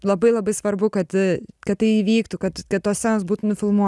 labai labai svarbu kad kad tai įvyktų kad tos scenos būtų nufilmuotos